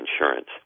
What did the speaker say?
insurance